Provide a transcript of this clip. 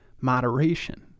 moderation